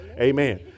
Amen